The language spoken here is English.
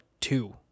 two